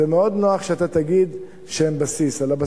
זה מאוד נוח שאתה תגיד שהן "בסיס".